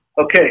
Okay